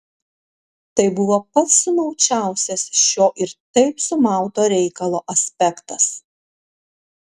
tai buvo pats sumaučiausias šio ir taip sumauto reikalo aspektas